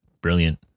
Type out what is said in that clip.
Brilliant